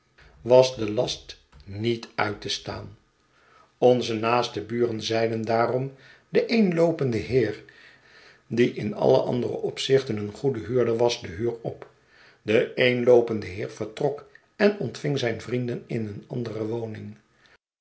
was de last niet uit te staan onze naaste buren zeiden daarom den eenloopenden heer die in alle andere opzichten een goede huurder was de huur op de eenloopende heer vertrok en ontving zijn vrienden in een andere woning